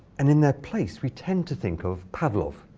and in their place, we tend to think of pavlov,